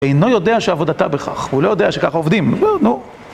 אינו יודע שעבודתה בכך, הוא לא יודע שככה עובדים, נו.